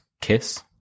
kiss